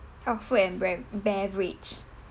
oh food and bev~ beverage